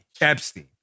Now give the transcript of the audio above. Epstein